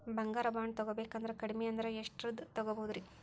ಬಂಗಾರ ಬಾಂಡ್ ತೊಗೋಬೇಕಂದ್ರ ಕಡಮಿ ಅಂದ್ರ ಎಷ್ಟರದ್ ತೊಗೊಬೋದ್ರಿ?